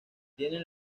tienen